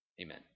Amen